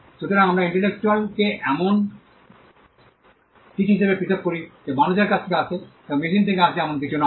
সুতরাং আমরা ইন্টেলেকচুয়ালকে এমন কিছু হিসাবে পৃথক করি যা মানুষের কাছ থেকে আসে এবং মেশিন থেকে আসে এমন কিছু নয়